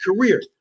career